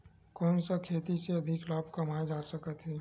कोन सा खेती से अधिक लाभ कमाय जा सकत हे?